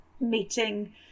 meeting